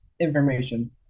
information